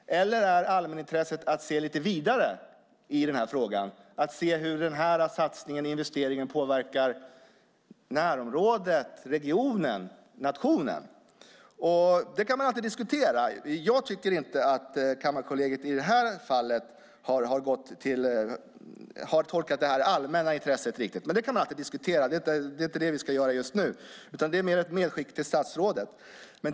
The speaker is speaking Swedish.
Eller är allmänintresset att se lite vidare i frågan, att se hur den här satsningen, investeringen, påverkar närområdet, regionen, nationen? Det kan man alltid diskutera. Jag tycker inte att Kammarkollegiet i det här fallet har tolkat det allmänna intresset riktigt. Det kan man alltid diskutera, men det är inte det vi ska göra just nu, utan det är mer ett medskick till statsrådet.